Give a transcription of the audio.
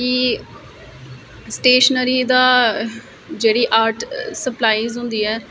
कि स्टेशनरी दा जेहड़ी आर्ट सप्लाइज होंदी ऐ